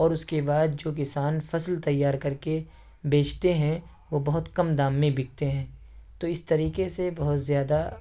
اور اس کے بعد جو کسان فصل تیار کر کے بیچتے ہیں وہ بہت کم دام میں بکتے ہیں تو اس طریقے سے بہت زیادہ